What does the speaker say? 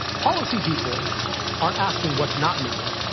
policy people aren't asking what's not known,